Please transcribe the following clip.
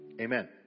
Amen